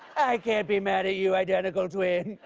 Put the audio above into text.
i can't be mad at you, identical twin.